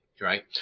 right